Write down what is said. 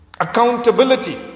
Accountability